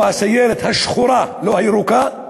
או "הסיירת השחורה", לא "הירוקה",